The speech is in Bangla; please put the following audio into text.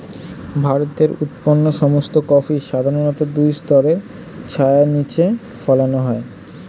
ভারতে উৎপন্ন সমস্ত কফি সাধারণত দুই স্তরের ছায়ার নিচে ফলানো হয়